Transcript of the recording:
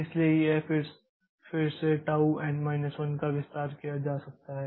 इसलिए फिर से इस टाऊn 1 का विस्तार किया जा सकता है